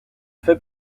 fait